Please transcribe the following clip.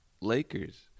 Lakers